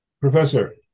Professor